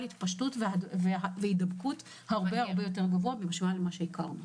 התפשטות והידבקות הרבה יותר גבוה לעומת מה שהכרנו.